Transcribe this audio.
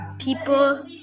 people